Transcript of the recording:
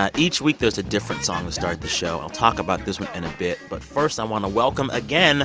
ah each week, there's a different song to start the show. i'll talk about this one in a bit. but first, i want to welcome again